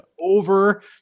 over